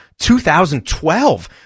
2012